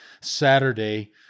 Saturday